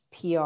PR